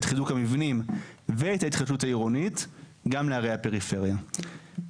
חיזוק המבנים ואת ההתחדשות העירונית גם לערי הפריפריה.